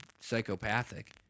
psychopathic